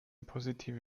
positive